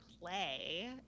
play